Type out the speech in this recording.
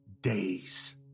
days